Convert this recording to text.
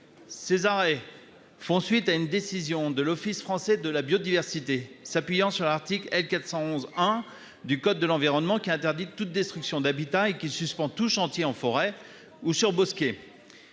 Ces arrêts font suite à une décision de l'Office français de la biodiversité (OFB), qui se fonde sur l'article L. 411-1 du code de l'environnement, lequel permet d'interdire toute destruction d'habitat et de suspendre tout chantier en forêt ou sur bosquet.